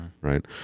right